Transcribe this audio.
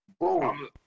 Boom